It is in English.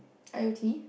I O T